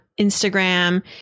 Instagram